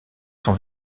sont